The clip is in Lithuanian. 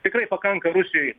tikrai pakanka rusijoj